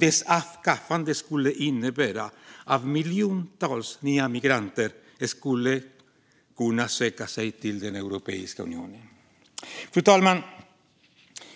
Dess avskaffande skulle innebära att miljontals nya migranter skulle kunna söka sig till Europeiska unionen. Fru talman!